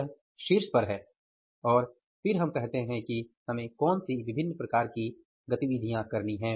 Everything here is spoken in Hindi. यह शीर्ष पर है और फिर हम कहते हैं कि हमें कौन सी विभिन्न प्रकार की गतिविधियाँ करनी हैं